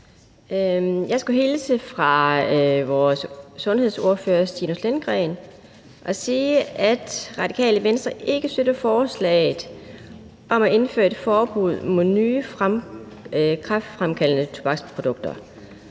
Jeg skulle hilse fra vores sundhedsordfører, Stinus Lindgreen, og sige, at Radikale Venstre ikke støtter forslaget om at indføre et forbud mod nye kræftfremkaldende tobaksprodukter.